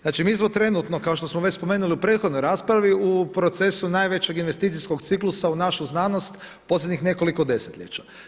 Znači mi smo trenutno kao što smo već spomenuli u prethodnoj raspravi u procesu najvećeg investicijskog ciklusa u našu znanost posljednjih nekoliko desetljeća.